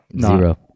Zero